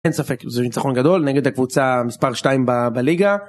אין ספק זה ניצחון גדול נגד הקבוצה מספר 2 בליגה.